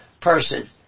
person